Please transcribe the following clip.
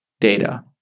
data